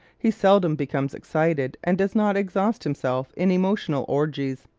he seldom becomes excited and does not exhaust himself in emotional orgies.